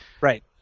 Right